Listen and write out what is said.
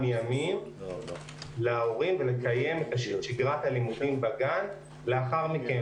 חמים להורים ולקיים את אותה שגרת ימים בגן לאחר מכן.